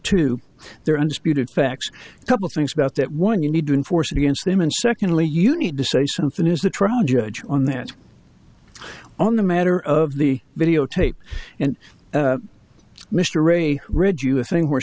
to their undisputed facts a couple things about that one you need to enforce against them and secondly you need to say something as the trial judge on that on the matter of the videotape and mr ray read you a thing